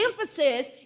emphasis